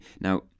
Now